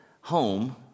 home